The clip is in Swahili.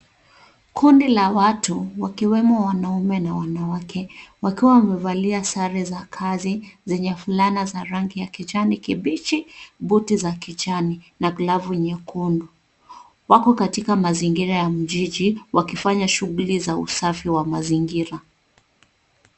Kundi la watu, wakiwemo wanaume na wanawake, wakiwa wamevalia sare za kazi zenye fulana za rangi ya kijani kibichi, buti za kijani, na glavu nyekundu. Wako katika mazingira ya jiji, wakifanya shughuli za usafi wa mazingira.